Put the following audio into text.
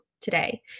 today